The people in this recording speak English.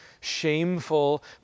shameful